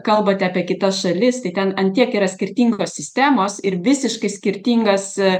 kalbate apie kitas šalis tai ten ant tiek yra skirtingos sistemos ir visiškai skirtingas